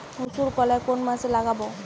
মুসুর কলাই কোন মাসে লাগাব?